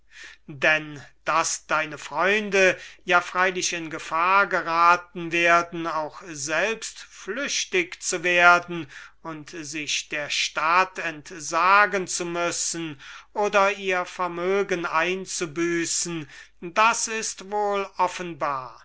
denn daß deine freunde ja freilich in gefahr geraten werden auch selbst flüchtig zu werden und der stadt entsagen zu müssen oder ihr vermögen einzubüßen das ist wohl offenbar